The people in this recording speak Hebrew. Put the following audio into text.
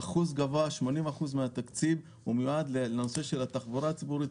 80% מהתקציב מיועד לנושא התחבורה הציבורית.